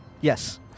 Yes